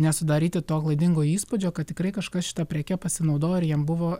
nesudaryti to klaidingo įspūdžio kad tikrai kažkas šita preke pasinaudojo ir jiem buvo